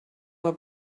were